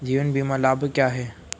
जीवन बीमा लाभ क्या हैं?